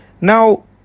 Now